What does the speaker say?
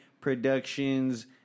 Productions